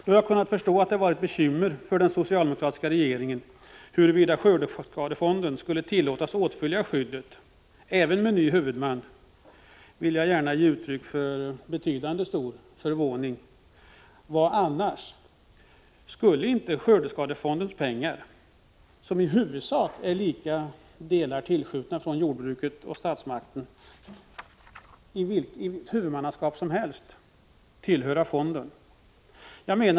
Då jag kunnat förstå att det varit ett bekymmer för den socialdemokratiska regeringen huruvida skördeskadefonden skulle tillåtas åtfölja skyddet även med ny huvudman, vill jag ge uttryck för stor förvåning. Vad annars? Skulle inte skördeskadefondens pengar, som är i huvudsak till lika delar tillskjutna av statsmakterna och jordbruket självt, i vilket huvudmannaskap som helst tillhöra fonden?